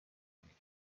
کنید